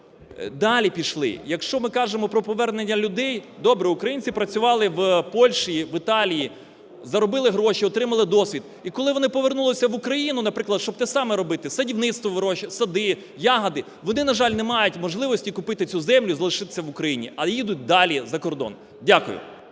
Далі пішли. Якщо ми кажемо про повернення людей… Добре, українці працювали в Польщі, в Італії, заробили гроші, отримали досвід. І коли вони повернулися в Україну, наприклад, щоб те саме робити – садівництво, вирощувати сади, ягоди, вони, на жаль, не мають можливості купити цю землю і залишитися в Україні, а їдуть далі за кордон. Дякую.